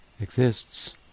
exists